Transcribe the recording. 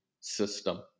system